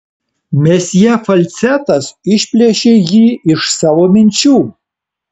mesjė falcetas išplėšė jį iš savo minčių